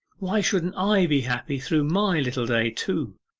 why shouldn't i be happy through my little day too?